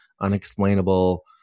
unexplainable